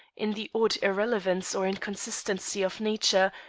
in the odd irrelevance or inconsistency of nature,